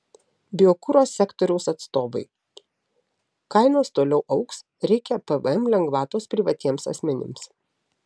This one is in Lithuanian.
biokuro sektoriaus atstovai kainos toliau augs reikia pvm lengvatos privatiems asmenims